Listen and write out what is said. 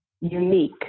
unique